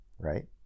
right